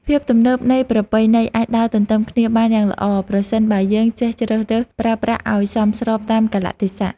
ភាពទំនើបនិងប្រពៃណីអាចដើរទន្ទឹមគ្នាបានយ៉ាងល្អប្រសិនបើយើងចេះជ្រើសរើសប្រើប្រាស់ឱ្យសមស្របតាមកាលៈទេសៈ។